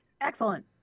Excellent